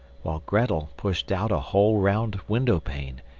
while grettel pushed out a whole round window-pane,